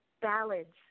ballads